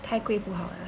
太贵不好啦